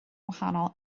wahanol